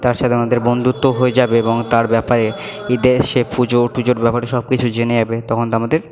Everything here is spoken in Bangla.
তার সাথে আমাদের বন্ধুত্বও হয়ে যাবে এবং তার ব্যাপারে ঈদের সে পুজো টুজোর ব্যাপারে সব কিছু জেনে যাবে তখন তো আমাদের